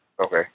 Okay